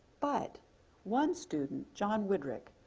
but one student, john woodrick,